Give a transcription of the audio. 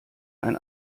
ein